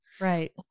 Right